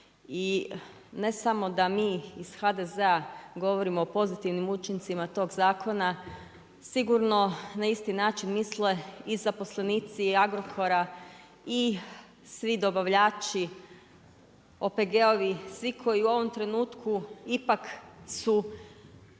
i ne samo da mi iz HDZ-a govorimo o pozitivnim učincima tog zakona. Sigurno na isti način misle i zaposlenici Agrokora i svi dobavljači OPG-ovi, svi koji u ovom trenutku ipak su